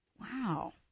Wow